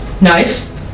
Nice